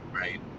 right